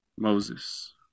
Moses